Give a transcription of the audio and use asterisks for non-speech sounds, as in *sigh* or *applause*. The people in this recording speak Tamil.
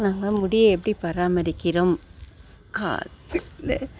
நாங்கள் முடியை எப்படி பராமரிக்கிறோம் கா *unintelligible*